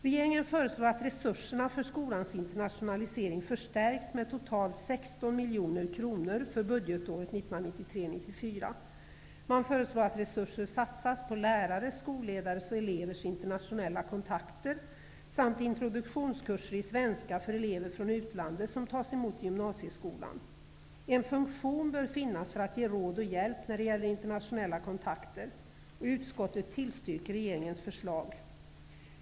miljoner kronor för budgetåret 1993/94. Man föreslår att resurser satsas på lärares, skolledares och elevers internationella kontakter samt introduktionskurser i svenska för elever från utlandet som tas emot i gymnasieskolan. En funktion bör finnas för att ge råd och hjälp när det gäller internationella kontakter. Utskottet tillstyrker regeringens förslag.